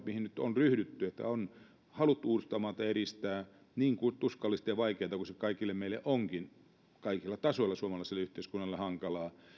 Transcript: mihin nyt on ryhdytty että on haluttu uuttamaata eristää niin tuskallista ja vaikeata kuin se kaikille meille onkin kaikilla tasoilla suomalaiselle yhteiskunnalle hankalaa